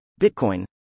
Bitcoin